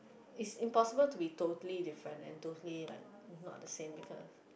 is impossible to be totally different and totally like not the same because